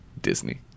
Disney